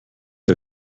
der